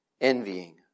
envying